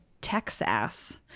Texas